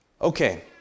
Okay